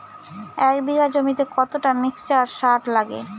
এক বিঘা জমিতে কতটা মিক্সচার সার লাগে?